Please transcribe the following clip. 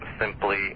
simply